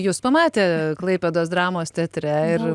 jus pamatė klaipėdos dramos teatre ir